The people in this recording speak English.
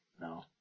No